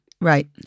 Right